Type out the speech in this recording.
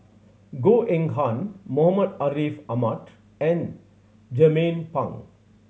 Goh Eng Han Muhammad Ariff Ahmad and Jernnine Pang